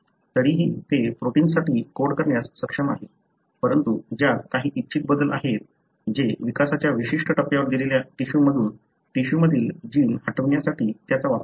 तरीही ते प्रोटिन्ससाठी कोड करण्यास सक्षम आहे परंतु त्यात काही इच्छित बदल आहेत जे विकासाच्या विशिष्ट टप्प्यावर दिलेल्या टिश्यूमधील जीन हटविण्यासाठी त्याचा वापर करेल